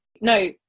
No